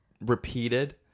repeated